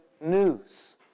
news